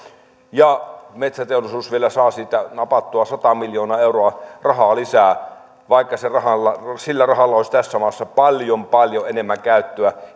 ja metsäteollisuus vielä saa siitä napattua sata miljoonaa euroa rahaa lisää vaikka sille rahalle olisi tässä maassa paljon paljon enemmän käyttöä